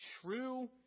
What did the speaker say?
true